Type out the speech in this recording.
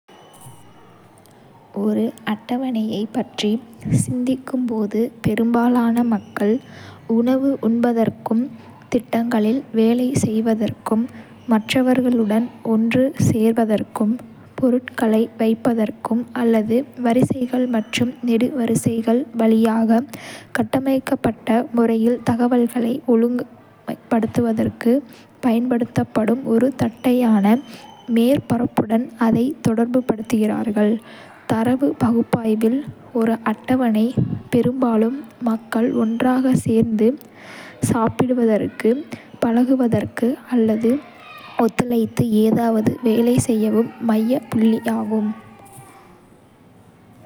ஒரு அட்டவணையைப் பற்றி சிந்திக்கும் போது, ​​பெரும்பாலான மக்கள் உணவு உண்பதற்கும், திட்டங்களில் வேலை செய்வதற்கும், மற்றவர்களுடன் ஒன்று சேர்வதற்கும். பொருட்களை வைப்பதற்கும் அல்லது வரிசைகள் மற்றும் நெடுவரிசைகள் வழியாக கட்டமைக்கப்பட்ட முறையில் தகவல்களை ஒழுங்கமைப்பதற்கும் பயன்படுத்தப்படும் ஒரு தட்டையான மேற்பரப்புடன் அதை தொடர்புபடுத்துகிறார்கள். தரவு பகுப்பாய்வில். ஒரு அட்டவணை பெரும்பாலும் மக்கள் ஒன்றாகச் சேர்ந்து சாப்பிடுவதற்கு, பழகுவதற்கு அல்லது ஒத்துழைத்து ஏதாவது வேலை செய்யும் மையப் புள்ளியாகும்.